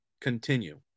continue